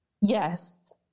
Yes